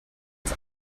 uns